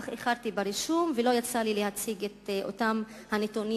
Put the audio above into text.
אך איחרתי ברישום ולא יצא לי להציג את אותם נתונים